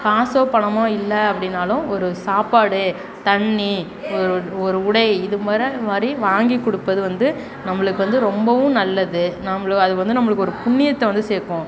காசோ பணமோ இல்லை அப்படின்னாலும் ஒரு சாப்பாடு தண்ணி ஒரு உடை இது மாதிரி வாங்கிக் கொடுப்பது வந்து நம்பளுக்கு வந்து ரொம்பவும் நல்லது நம்ப அது வந்து நம்பளுக்கு ஒரு புண்ணியத்தை வந்து சேர்க்கும்